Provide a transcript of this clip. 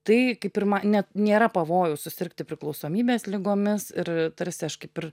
tai kaip ir ma ne nėra pavojaus susirgti priklausomybės ligomis ir tarsi aš kaip ir